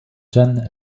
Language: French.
jan